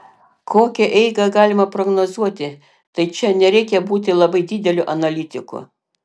kokią eigą galima prognozuoti tai čia nereikia būti labai dideliu analitiku